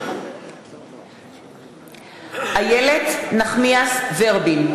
מתחייב אני איילת נחמיאס ורבין,